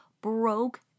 broke